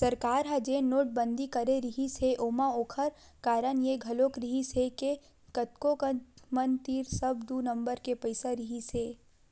सरकार ह जेन नोटबंदी करे रिहिस हे ओमा ओखर कारन ये घलोक रिहिस हे के कतको झन मन तीर सब दू नंबर के पइसा रहिसे हे